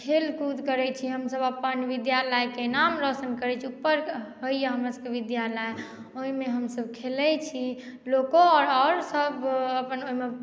खेलकूद करैत छी हमसभ अपन विद्यालयके नाम रौशन करैत छी ऊपर होइए हमरसभके विद्यालय ओहिमे हमसभ खेलैत छी लोको आओर आओर सभ अपन ओहिमे